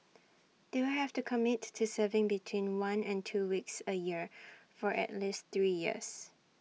they will have to commit to serving between one and two weeks A year for at least three years